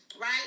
right